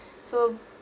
so